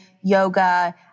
yoga